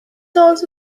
also